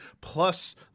plus